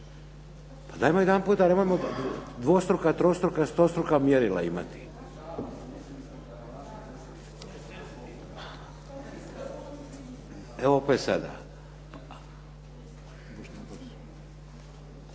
Pa dajmo jedanputa, nemojmo dvostruk, trostruka, stostruka mjerila imati. Evo opet sada!